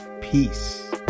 peace